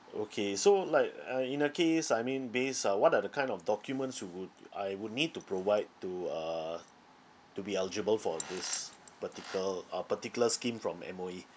okay so like uh in the case I mean based uh what are the kind of documents would I would need to provide to uh to be eligible for this particle~ uh particular scheme from M_O_E